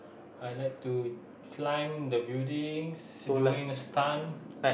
I like to climb the buildings doing stunt